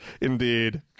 Indeed